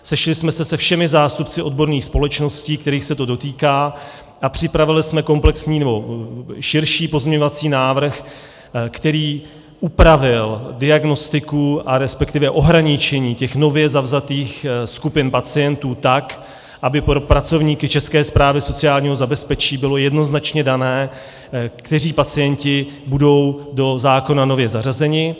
Sešli jsme se se všemi zástupci odborných společností, kterých se to dotýká, a připravili jsme širší pozměňovací návrh, který upravil diagnostiku, respektive ohraničení nově zavzatých skupin pacientů tak, aby pro pracovníky České správy sociálního zabezpečení bylo jednoznačně dané, kteří pacienti budou do zákona nově zařazeni.